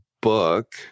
book